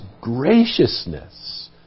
graciousness